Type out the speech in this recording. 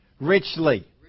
Richly